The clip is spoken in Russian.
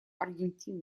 аргентины